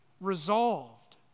resolved